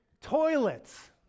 toilets